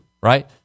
right